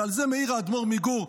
ועל זה מעיר האדמו"ר מגור,